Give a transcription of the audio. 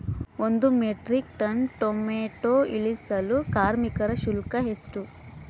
ಒಂದು metric ton tomato ಇಳಿಸಲು ಕಾರ್ಮಿಕರ ಶುಲ್ಕ ಎಷ್ಟು?